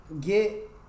get